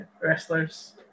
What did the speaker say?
wrestlers